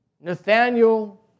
Nathaniel